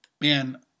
Man